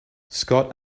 scott